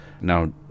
Now